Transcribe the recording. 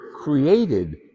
created